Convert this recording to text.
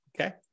Okay